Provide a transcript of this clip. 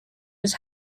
his